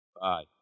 Bye